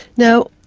now,